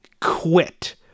quit